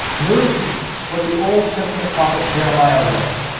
notice the what the old testament prophet jeremiah wrote